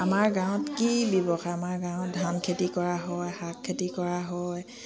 আমাৰ গাঁৱত কি ব্যৱসায় আমাৰ গাঁৱত ধান খেতি কৰা হয় শাক খেতি কৰা হয়